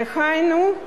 דהיינו,